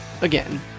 again